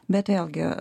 bet vėlgi